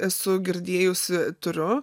esu girdėjusi turiu